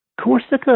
Corsica